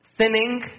sinning